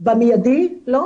במיידי לא.